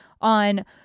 on